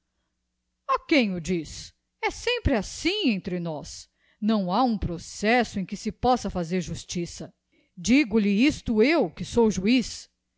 quem o diz e sempre assim entre nós não ha um processo em que se possa fazer justiça digo-lhe isto eu que sou juiz